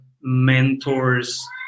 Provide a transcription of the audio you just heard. mentors